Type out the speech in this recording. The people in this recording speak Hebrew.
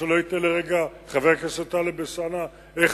ושלא יטעה לרגע חבר הכנסת טלב אלסאנע איך